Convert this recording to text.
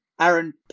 Aaron